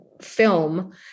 film